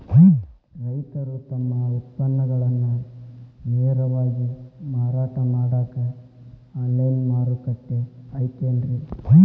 ರೈತರು ತಮ್ಮ ಉತ್ಪನ್ನಗಳನ್ನ ನೇರವಾಗಿ ಮಾರಾಟ ಮಾಡಾಕ ಆನ್ಲೈನ್ ಮಾರುಕಟ್ಟೆ ಐತೇನ್ರಿ?